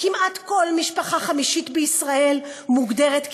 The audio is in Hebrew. כמעט כל משפחה חמישית בישראל מוגדרת ענייה.